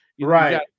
right